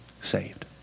saved